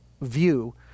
view